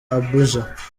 abuja